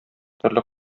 төрле